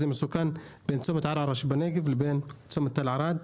בין צומת ערערה שבנגב לצומת תל ערד.